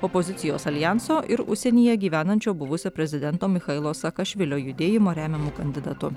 opozicijos aljanso ir užsienyje gyvenančio buvusio prezidento michailo saakašvilio judėjimo remiamu kandidatu